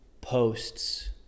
posts